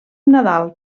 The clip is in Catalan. nadal